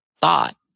thought